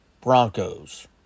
Broncos